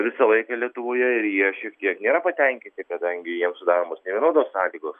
visą laiką lietuvoje ir jie šiek tiek nėra patenkinti kadangi jiems sudaromos nevienodos sąlygos